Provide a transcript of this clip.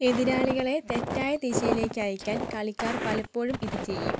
എതിരാളികളെ തെറ്റായ ദിശയിലേക്ക് അയയ്ക്കാൻ കളിക്കാർ പലപ്പോഴും ഇത് ചെയ്യും